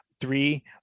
Three